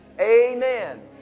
Amen